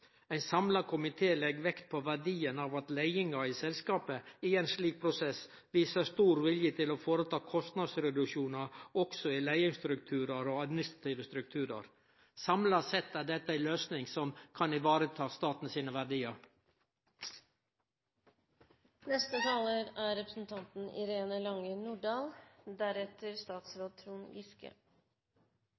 Ein samla komité legg vekt på verdien av at leiinga i selskapet i ein slik prosess viser stor vilje til å føreta kostnadsreduksjonar også i leiingsstrukturar og administrative strukturar. Samla sett er dette ei løysing som kan vareta staten sine